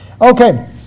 Okay